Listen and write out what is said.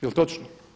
Jel' točno?